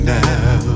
now